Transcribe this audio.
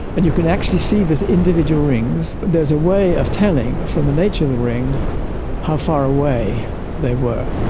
and you can actually see the individual rings. there is a way of telling from the nature of the ring how far away they were.